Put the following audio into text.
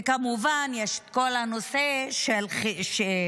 וכמובן יש את כל הנושא של חיזוק